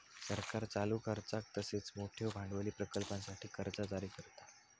सरकार चालू खर्चाक तसेच मोठयो भांडवली प्रकल्पांसाठी कर्जा जारी करता